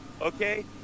Okay